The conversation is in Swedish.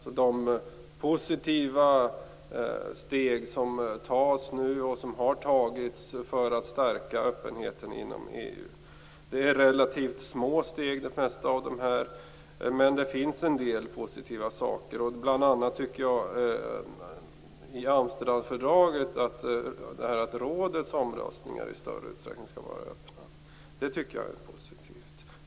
De flesta av de positiva steg som nu tas och har tagits för att stärka öppenheten inom EU är relativt små. Men det finns en del positiva saker, bl.a. det som står i Amsterdamfördraget om att rådets omröstningar i större utsträckning skall vara öppna.